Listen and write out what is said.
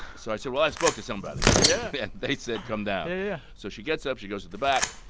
so i said, well, i spoke to somebody and yeah and they said, come down yeah, yeah, yeah so she gets up. she goes to the back.